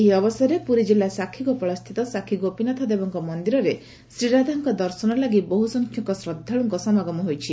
ଏହି ଅବସରରେ ପୁରୀଜିଲ୍ଲ ସାକ୍ଷିଗୋପାଳସ୍ତିତ ସାକ୍ଷିଗୋପୀନାଥ ଦେବଙ୍କ ମନିରରେ ଶ୍ରୀରାଧାଙ୍କ ଦର୍ଶନ ଲାଗି ବହୁ ସଂଖ୍ୟକ ଶ୍ରଦ୍ଧାଳୁଙ୍କ ସମାଗମ ହୋଇଛି